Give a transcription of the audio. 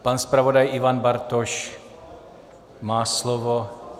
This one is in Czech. Pan zpravodaj Ivan Bartoš má slovo.